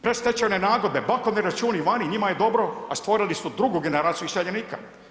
Predstečajne nagodbe, bankovni računi vani, njima je dobro, a stvorili su drugu generaciju iseljenika.